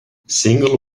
single